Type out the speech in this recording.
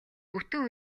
бүтэн